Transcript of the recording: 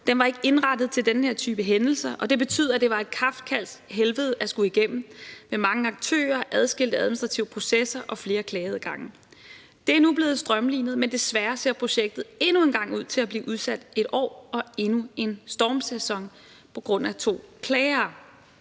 Den var ikke indrettet til den her type hændelser, og det betød, at det var et kafkask helvede at skulle igennem – med mange aktører, adskilte administrative processer og flere klageadgange. Det er nu blevet strømlinet, men desværre ser projektet endnu en gang ud til at blive udsat et år og endnu en stormsæson på grund af to klagere.